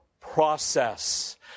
process